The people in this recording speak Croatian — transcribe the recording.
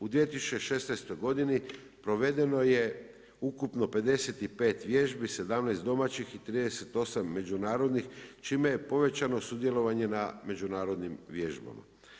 U 2016. godini provedeno je ukupno 55 vježbi, 17 domaćih i 38 međunarodnih, čime je povećano sudjelovanje na međunarodnim vježbama.